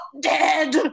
dead